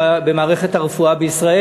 בבקשה, אדוני.